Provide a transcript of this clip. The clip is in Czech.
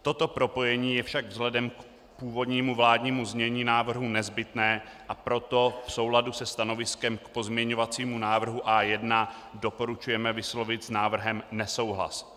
Toto propojení je však vzhledem k původnímu vládnímu znění návrhu nezbytné, a proto v souladu se stanoviskem k pozměňovacímu návrhu A1 doporučujeme vyslovit s návrhem nesouhlas.